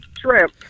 shrimp